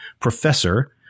professor